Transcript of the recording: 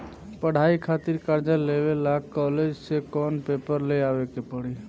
पढ़ाई खातिर कर्जा लेवे ला कॉलेज से कौन पेपर ले आवे के पड़ी?